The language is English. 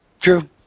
true